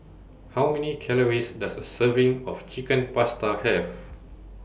How Many Calories Does A Serving of Chicken Pasta Have